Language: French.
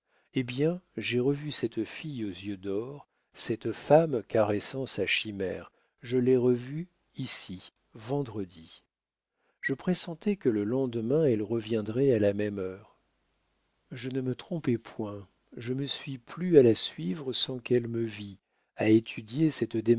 hé bien j'ai revu cette fille aux yeux d'or cette femme caressant sa chimère je l'ai revue ici vendredi je pressentais que le lendemain elle reviendrait à la même heure je ne me trompais point je me suis plu à la suivre sans qu'elle me vît à étudier cette